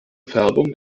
färbung